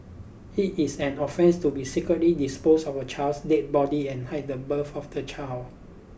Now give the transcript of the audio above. it is an offence to be secretly dispose of a child's dead body and hide the birth of the child